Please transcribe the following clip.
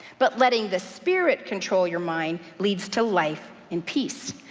but letting the spirit control your mind leads to life and peace.